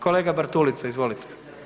Kolega Bartulica izvolite.